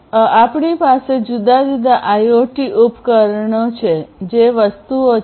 આપણી પાસે જુદા જુદા આઇઓટી ઉપકરણો છે જે વસ્તુઓ છે